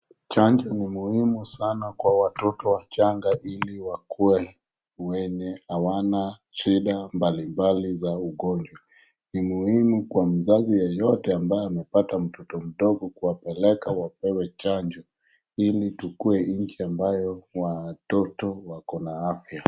Chanjo ni muhimu sana kwa watoto wachanga ili wakuwe wenye hawana shida mbalimbali za ugonjwa. Ni muhimu kwa mzazi yeyote ambaye amepata mtoto mdogo kuwapeleka wapewe chanjo ili tukuwe nchi ambayo watoto wakona afya.